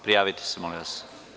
Prijavite se molim vas.